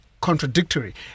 contradictory